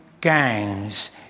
gangs